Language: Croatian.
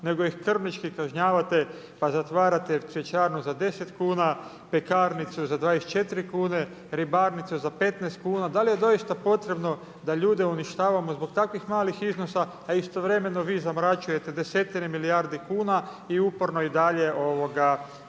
nego ih krvnički kažnjavate, pa zatvarate cvjećarnu za 10kn, pekarnicu za 24 kn, ribarnicu za 15 kn. Da li je doista potrebno da ljudi uništavamo zbog takvih malih iznosa, a istovremeno vi zamračujete 10 milijardi kuna i uporno i dalje imate